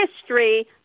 History